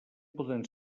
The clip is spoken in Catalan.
poder